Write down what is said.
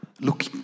Look